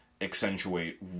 accentuate